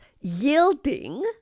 yielding